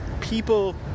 people